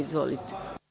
Izvolite.